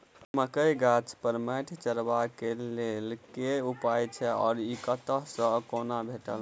मकई गाछ पर मैंट चढ़ेबाक लेल केँ उपकरण छै? ई कतह सऽ आ कोना भेटत?